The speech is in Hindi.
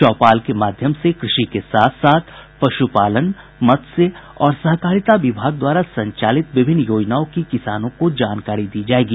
चौपाल के माध्यम से कृषि के साथ साथ पशुपालन मत्स्य और सहकारिता विभाग द्वारा संचालित विभिन्न योजनाओं की किसानों को जानकारी दी जायेगी